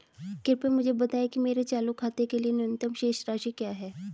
कृपया मुझे बताएं कि मेरे चालू खाते के लिए न्यूनतम शेष राशि क्या है